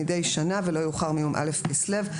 מידי שנה ולא יאוחר מיום א' כסלו,